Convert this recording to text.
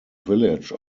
village